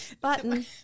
Button